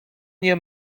nie